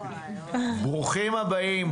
ברוכים הבאים.